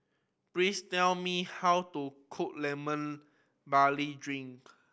please tell me how to cook Lemon Barley Drink